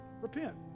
repent